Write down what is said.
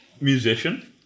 musician